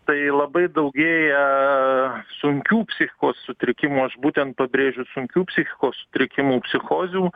tai labai daugėja sunkių psichikos sutrikimų aš būtent pabrėžiu sunkių psichikos sutrikimų psichozių